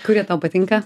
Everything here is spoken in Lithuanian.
kurie tau patinka